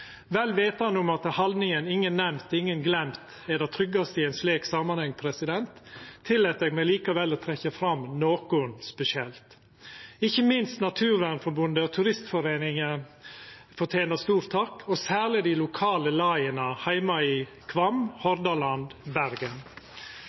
Vel vitande om at haldninga «ingen nevnt, ingen glemt» er det tryggaste i ein slik samanheng, tillèt eg meg likevel å trekkja fram nokon spesielt. Ikkje minst Naturvernforbundet og Turistforeningen fortener stor takk, og særleg dei lokale laga heime i Kvam,